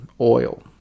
oil